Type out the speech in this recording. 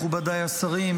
מכובדיי השרים,